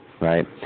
right